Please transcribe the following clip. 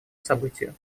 событию